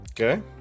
Okay